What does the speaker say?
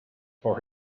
for